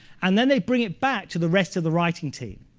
and then they bring it back to the rest of the writing team.